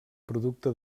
producte